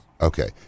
Okay